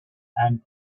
and